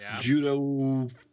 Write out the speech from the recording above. Judo